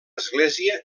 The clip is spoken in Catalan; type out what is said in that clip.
església